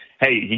hey